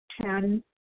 Ten